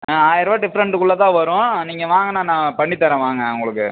ஆ ஆயர்ரூபா டிஃப்ரெண்டுக்குள்ள தான் வரும் நீங்கள் வாங்கண்ணா நான் பண்ணித்தரேன் வாங்க உங்களுக்கு